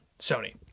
sony